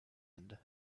end